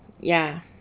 ya